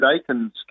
Aikens